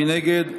מי נגד?